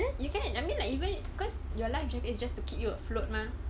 you can I mean like if it cause your life jacket is just to keep you afloat mah